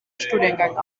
studiengang